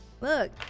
Look